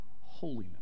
holiness